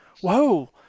whoa